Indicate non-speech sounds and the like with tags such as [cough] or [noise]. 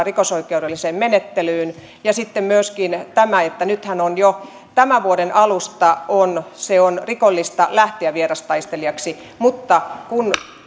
[unintelligible] rikosoikeudelliseen menettelyyn ja sitten on myöskin tämä että nythän on jo tämän vuoden alusta ollut rikollista lähteä vierastaistelijaksi mutta